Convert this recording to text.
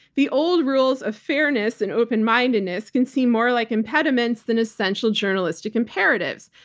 the old rules of fairness and open mindedness can seem more like impediments than essential journalistic imperatives.